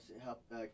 help